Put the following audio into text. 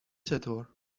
چطور